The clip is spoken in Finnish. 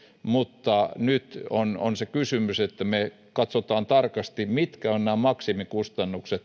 mutta nyt on on se kysymys että me katsomme tarkasti mitkä ovat nämä maksimikustannukset